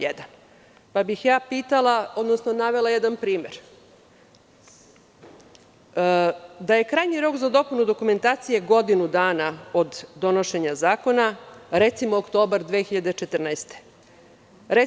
1. Pitala bih vas, odnosno navela jedan primer, da je krajnji rok za dopunu dokumentacije godinu dana od donošenja zakona, recimo, oktobar 2014. godine.